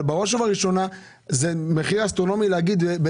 אבל בראש ובראשונה זה מחיר אסטרונומי להגיד לשלם